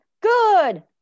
good